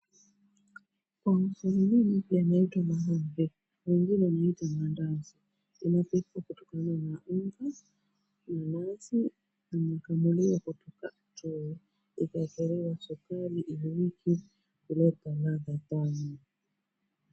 Kwa uswahilini yanaitwa mahamri, wengine mnaita maandazi. Inapikwa kutokana na unga na nazi iliyokamuliwa kutoka tui, ikaekelewa chokari, iliki kuleta ladha tamu.